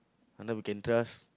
unless we can trust